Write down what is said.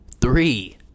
Three